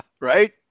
Right